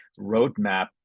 roadmap